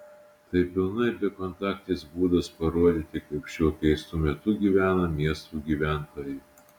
tai pilnai bekontaktis būdas parodyti kaip šiuo keistu metu gyvena miestų gyventojai